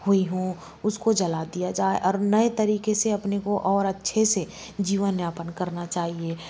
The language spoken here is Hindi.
हुई हो उसको जला दिया जाए और नए तरीके से अपने को और अच्छे से जीवन यापन करना चाहिए